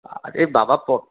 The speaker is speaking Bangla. আরে বাবা